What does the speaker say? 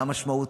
מה המשמעות?